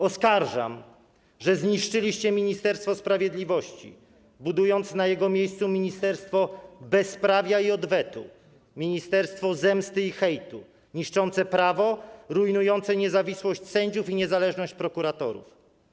Oskarżam, że niszczyliście Ministerstwo Sprawiedliwości, budując na jego miejscu ministerstwo bezprawia i odwetu, ministerstwo zemsty i hejtu, niszczące prawo, rujnujące niezawisłość sędziów i niezależność prokuratorów.